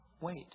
Wait